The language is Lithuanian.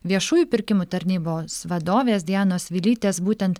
viešųjų pirkimų tarnybos vadovės dianos vilytės būtent